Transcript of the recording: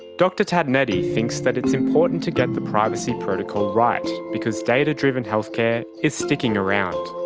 dr tatonetti thinks that it's important to get the privacy protocol right, because data-driven healthcare is sticking around.